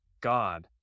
God